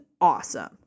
awesome